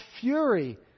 fury